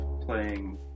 playing